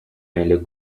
nelle